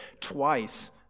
twice